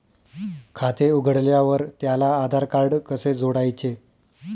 खाते उघडल्यावर त्याला आधारकार्ड कसे जोडायचे?